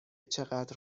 چقدر